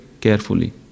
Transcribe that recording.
carefully